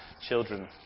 children